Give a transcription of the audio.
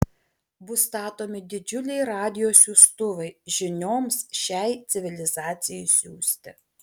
bus statomi didžiuliai radijo siųstuvai žinioms šiai civilizacijai siųsti